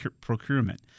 procurement